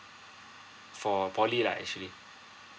for poly lah actually